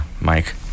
Mike